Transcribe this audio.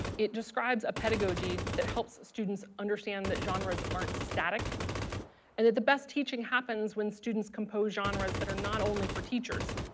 it describes a pedagogy that helps students understand that genres aren't static and that the best teaching happens when students compose genres that are not only for teachers.